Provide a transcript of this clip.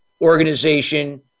organization